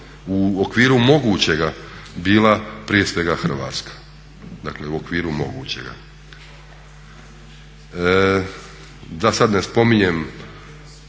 u okviru mogućega bila prije svega hrvatska. Dakle u okviru mogućega. Da sad ne spominjem